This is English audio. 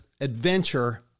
adventure